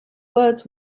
words